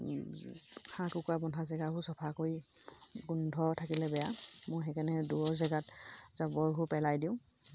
হাঁহ কুকুৰা বন্ধা জেগাবোৰ চফা কৰি গোন্ধ থাকিলে বেয়া মই সেইকাৰণে দূৰৰ জেগাত জাবৰবোৰ পেলাই দিওঁ